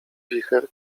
wicher